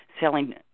selling